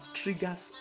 triggers